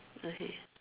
okay